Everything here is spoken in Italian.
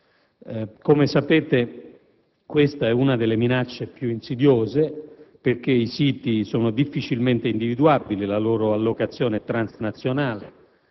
come sapete - è una delle minacce più insidiose. Infatti, i siti sono difficilmente individuabili, la loro allocazione è transnazionale,